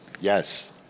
Yes